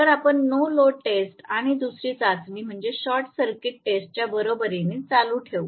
तर आपण no load test आणि दुसरी चाचणी म्हणजे शॉर्ट सर्किट टेस्टच्या बरोबरीने चालू ठेवू